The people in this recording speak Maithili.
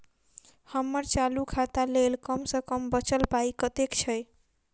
हम्मर चालू खाता लेल कम सँ कम बचल पाइ कतेक छै?